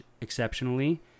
exceptionally